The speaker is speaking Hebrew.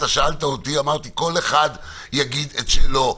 אתה שאלת אותי ואמרתי שכל אחד יגיד את שלו.